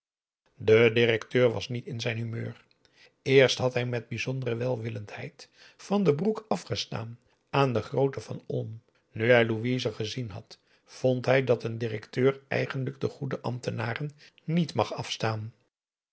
de directeur was niet in zijn humeur eerst had hij met bijzondere welwillendheid van den broek afgestaan aan den grooten van olm nu hij louise gezien had vond hij dat een directeur eigenlijk de goede ambtenaren niet mag afstaan